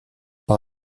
par